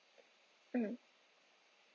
mm